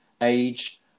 age